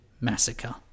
Massacre